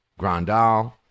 Grandal